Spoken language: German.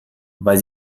weil